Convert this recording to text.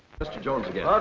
mr. jones again.